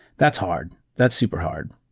that's hard. that's super hard.